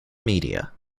media